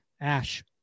ash